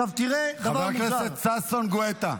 חבר הכנסת ששון גואטה,